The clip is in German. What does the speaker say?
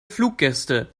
fluggäste